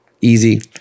easy